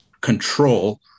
control